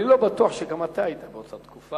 אני לא בטוח שאתה היית באותה תקופה.